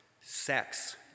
sex